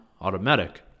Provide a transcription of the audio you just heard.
automatic